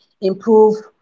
improve